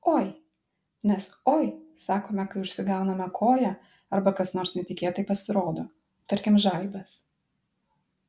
oi nes oi sakome kai užsigauname koją arba kas nors netikėtai pasirodo tarkim žaibas